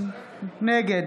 נגד